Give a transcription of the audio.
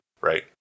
Right